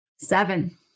Seven